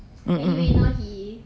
mm mm mm